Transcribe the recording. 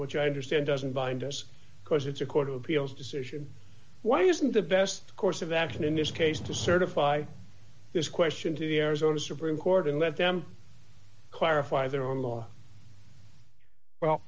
which i understand doesn't bind us because it's a court of appeals decision why isn't the best course of action in this case to certify this question to the arizona supreme court and let them clarify their own law well